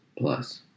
Plus